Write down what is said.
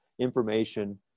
information